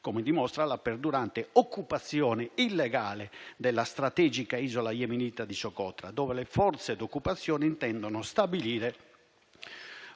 come dimostra la perdurante occupazione illegale della strategica isola yemenita di Socotra, dove le forze d'occupazione intendono stabilire